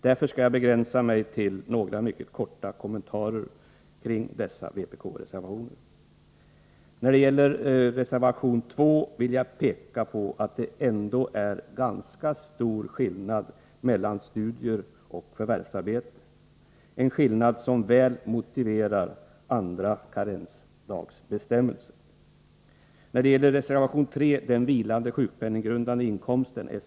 Därför skall jag begränsa mig till några mycket korta kommentarer till vpk-reservationerna. När det gäller reservation 2 vill jag peka på att det ändå är en ganska stor skillnad mellan studier och förvärvsarbete, en skillnad som väl motiverar olika karensdagsbestämmelser. Reservation 3 gäller den vilande sjukpenninggrundande inkomsten, SGI.